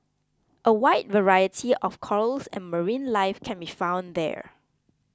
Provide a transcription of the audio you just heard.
a wide variety of corals and marine life can be found there